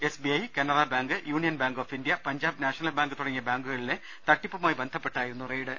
S B I Canara bank union bank of India Punjab national bank തുടങ്ങിയ ബാങ്കുകളിലെ തട്ടിപ്പുമായി ബന്ധപ്പെട്ടായിരുന്നു റെയ്ഡ്